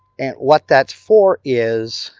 and what that's for is,